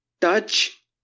touch